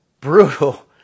brutal